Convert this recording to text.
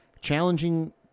challenging